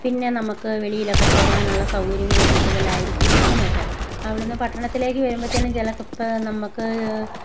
പിന്നെ നമ്മൾക്ക് വെളിയിലൊക്ക പോകാനുള്ള സൗകര്യങ്ങൾ കൂടുതലായിരിക്കും അങ്ങനെയൊക്കെ അവിടെ നിന്ന് പട്ടണത്തിലേക്ക് വരുമ്പത്തേനും ചിലപ്പം നമ്മൾക്ക്